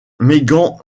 megan